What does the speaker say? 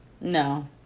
No